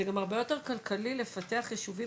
זה גם הרבה יותר כלכלי לפתח יישובים